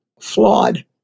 flawed